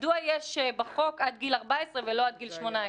מדוע יש בחוק עד גיל 14 ולא עד גיל 18?